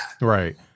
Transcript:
Right